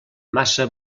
massa